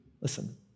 listen